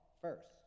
first